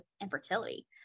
infertility